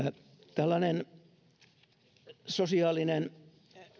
tällainen sosiaalinen